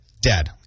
Dead